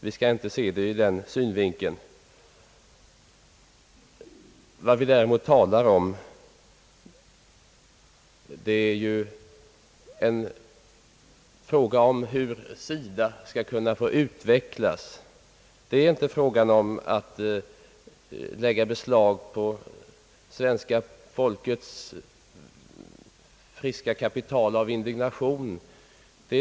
Vi skall därför inte se frågan ur den synvinkel som en del talare velat se den. Vad vi däremot nu har att diskutera är hur SIDA skall kunna utvecklas. Det är inte fråga om att lägga beslag på svenska folkets kapital av indignation.